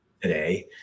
today